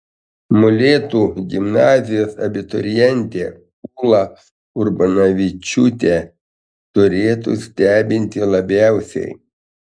molėtų gimnazijos abiturientė ūla urbonavičiūtė turėtų stebinti labiausiai